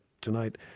tonight